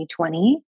2020